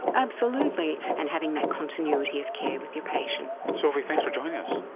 absolutely, and having that continuity of care with your patient. sophie, thanks for joining us.